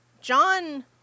john